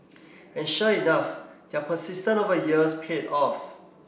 and sure enough their persistent over the years paid off